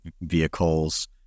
vehicles